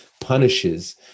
punishes